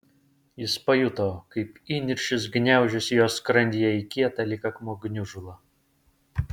jis pajuto kaip įniršis gniaužiasi jo skrandyje į kietą lyg akmuo gniužulą